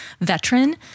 veteran